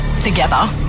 together